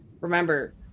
Remember